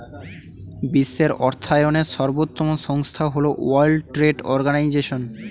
বিশ্বের অর্থায়নের সর্বোত্তম সংস্থা হল ওয়ার্ল্ড ট্রেড অর্গানাইজশন